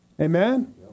Amen